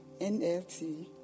NLT